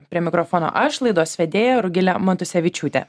prie mikrofono aš laidos vedėja rugilė matusevičiūtė